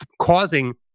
causing